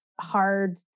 hard